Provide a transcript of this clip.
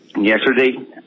yesterday